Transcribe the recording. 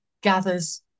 gathers